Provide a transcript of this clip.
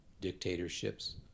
dictatorships